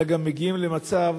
אלא גם מגיעים למצב